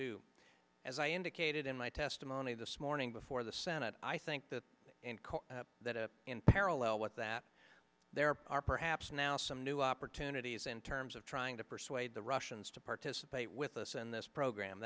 do as i indicated in my testimony this morning before the senate i think that that up in parallel with that there are perhaps now some new opportunities in terms of trying to persuade the russians to participate with us and this program